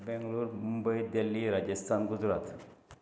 Bangalore Mumbai Delhi Rajasthan Gujarat